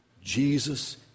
Jesus